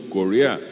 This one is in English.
Korea